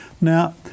Now